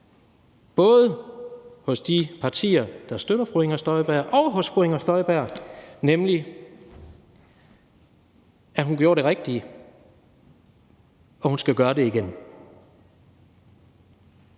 både hos de partier, der støtter fru Inger Støjberg, og hos fru Inger Støjberg, nemlig at hun gjorde det rigtige, og at hun skal gøre det igen.